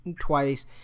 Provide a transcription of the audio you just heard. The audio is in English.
twice